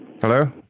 Hello